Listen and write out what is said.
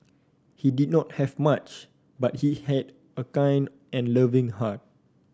he did not have much but he had a kind and loving heart